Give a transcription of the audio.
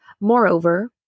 Moreover